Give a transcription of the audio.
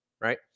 right